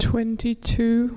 Twenty-two